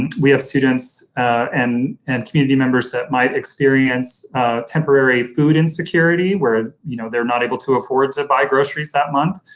and we have students and and community members that might experience temporary food insecurity, where you know they're not able to afford to buy groceries that month.